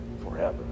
forever